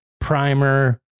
primer